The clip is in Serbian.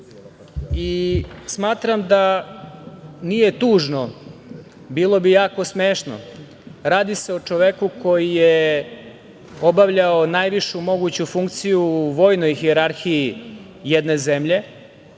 i smatram da nije tužno, bilo bi jako smešno, radi se o čoveku koji je obavljao najvišu moguću funkciju u vojnoj hijerarhiji jedne zemlje.